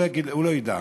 הוא לא ידע,